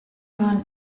fahren